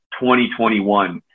2021